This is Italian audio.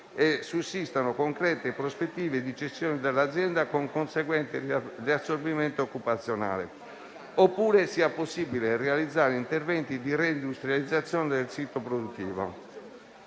e sussistano concrete prospettive di cessione dell'azienda, con conseguente riassorbimento occupazionale, oppure sia possibile realizzare interventi di reindustrializzazione del sito produttivo.